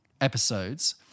episodes